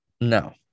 no